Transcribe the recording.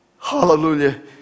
Hallelujah